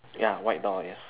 ya white door yes